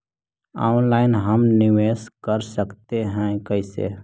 Online हम निवेश कर सकते है, कैसे?